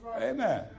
Amen